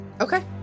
Okay